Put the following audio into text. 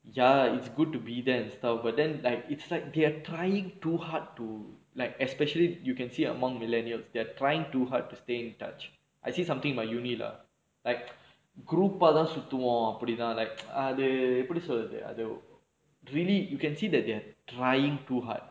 ya it's good to be there and stuff but then like it's like they're trying too hard to like especially you can see among millennials they're trying too hard to stay in touch I !ee! something about university lah like group ah தான் சுத்துவோம் அப்படிதான்:thaan suthuvom appadithaan like அது எப்படி சொல்றது அது:athu eppadi solrathu athu really you can see that they're trying too hard